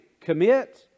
commit